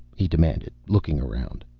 he demanded, looking around.